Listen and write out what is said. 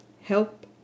help